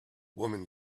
woman